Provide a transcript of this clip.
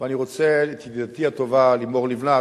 ואני רוצה, ידידתי הטובה לימור לבנת,